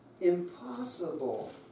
Impossible